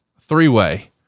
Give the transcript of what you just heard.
three-way